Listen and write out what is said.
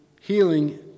healing